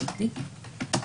הפרטית.